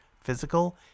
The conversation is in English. physical